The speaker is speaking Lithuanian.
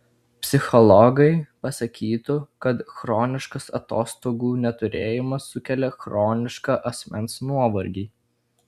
psichologai pasakytų kad chroniškas atostogų neturėjimas sukelia chronišką asmens nuovargį